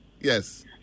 Yes